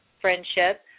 friendship